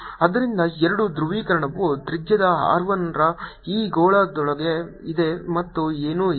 ಆದ್ದರಿಂದ ಎರಡು ಧ್ರುವೀಕರಣವು ತ್ರಿಜ್ಯದ R 1 ರ ಈ ಗೋಳದೊಳಗೆ ಇದೆ ಮತ್ತು ಏನೂ ಇಲ್ಲ